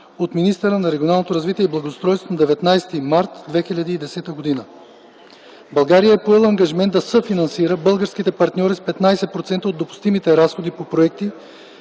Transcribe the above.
от министъра на регионалното развитие и благоустройството на 19 март 2010 г. България е поела ангажимент да съфинансира българските партньори с 15% от допустимите разходи по проекти.